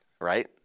right